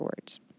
words